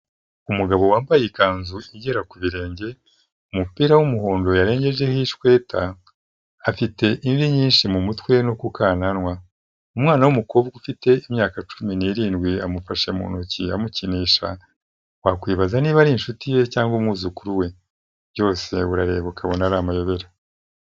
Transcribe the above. Umugabo wambaye ikanzu igera ku birenge, umupira w'umuhondo yarengejeho ishweta, afite imvi nyinshi mu mutwe no ku kananwa, umwana w'umukobwa ufite imyaka cumi n'irindwi amufashe mu ntoki amukinisha, wakwibaza niba ari inshuti ye cyangwa umwuzukuru we? Byose urareba ukabona ari amayobera.